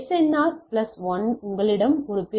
R plus 1 உங்களிடம் ஒரு பெரிய எஸ்